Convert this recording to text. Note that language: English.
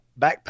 backpack